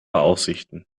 aussichten